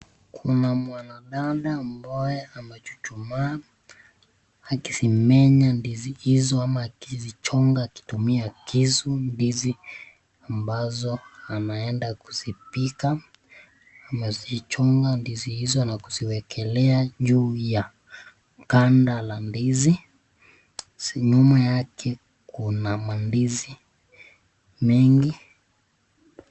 Kuna mwanadada ambaye amechuchumaa akizimenya ama akizichonga kutumia kisu ndizi ambazo anaenda kuzipika amezichonga ndizi hizo na kuziwekelea juu ya kanda la ndizi, nyuma yake kuna mandizi mengi.